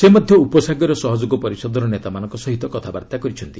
ସେ ମଧ୍ୟ ଉପସାଗରୀୟ ସହଯୋଗ ପରିଷଦର ନେତାମାନଙ୍କ ସହ କଥାବାର୍ଭା କରିଛନ୍ତି